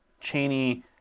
Cheney